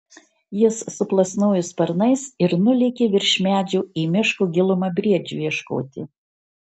jis suplasnojo sparnais ir nulėkė virš medžių į miško gilumą briedžio ieškoti